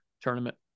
Tournament